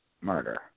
murder